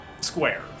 square